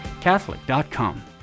Catholic.com